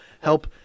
help